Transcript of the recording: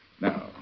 Now